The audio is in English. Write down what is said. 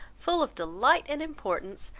full of delight and importance,